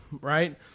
right